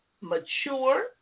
mature